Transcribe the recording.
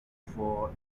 for